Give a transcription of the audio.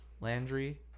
Landry